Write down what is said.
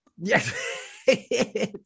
Yes